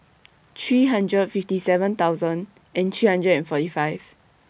three hundred fifty seven thousand three hundred and forty five